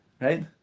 right